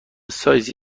سایزی